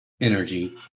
energy